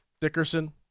Dickerson